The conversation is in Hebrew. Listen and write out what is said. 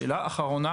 שאלה אחרונה,